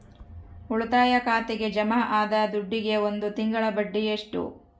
ಉಳಿತಾಯ ಖಾತೆಗೆ ಜಮಾ ಆದ ದುಡ್ಡಿಗೆ ಒಂದು ತಿಂಗಳ ಬಡ್ಡಿ ಎಷ್ಟು?